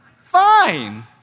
Fine